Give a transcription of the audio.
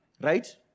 Right